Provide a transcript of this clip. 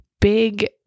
big